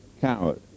coward